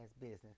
business